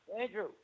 Andrew